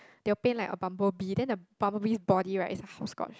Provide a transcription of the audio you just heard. they will paint like a bumble bee then the bumble bee's body right is a hopscotch